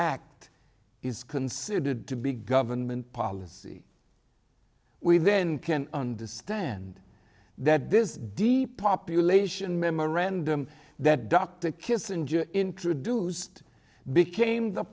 act is considered to be government policy we then can understand that this deep population memorandum that dr kissinger introduced became the